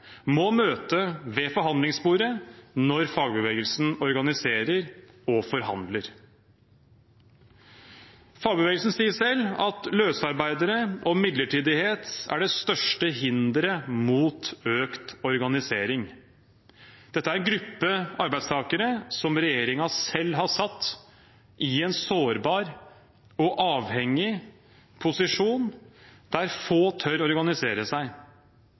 må møte ved forhandlingsbordet når fagbevegelsen organiserer og forhandler? Fagbevegelsen sier selv at løsarbeidere og midlertidighet er det største hinderet for økt organisering. Dette er en gruppe arbeidstakere som regjeringen selv har satt i en sårbar og avhengig posisjon der få tør å organisere seg.